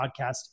podcast